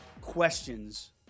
questions